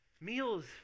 Meals